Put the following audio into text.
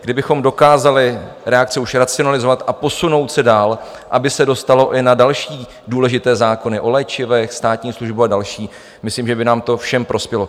Kdybychom dokázali reakce už racionalizovat a posunout se dál, aby se dostalo i na další důležité zákony o léčivech, státní službě a další myslím, že by nám to všem prospělo.